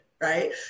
Right